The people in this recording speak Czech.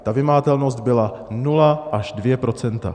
Ta vymahatelnost byla nula až dvě procenta.